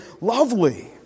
lovely